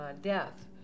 death